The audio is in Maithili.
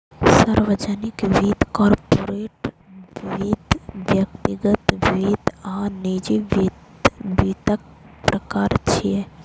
सार्वजनिक वित्त, कॉरपोरेट वित्त, व्यक्तिगत वित्त आ निजी वित्त वित्तक प्रकार छियै